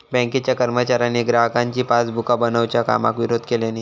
बँकेच्या कर्मचाऱ्यांनी ग्राहकांची पासबुका बनवच्या कामाक विरोध केल्यानी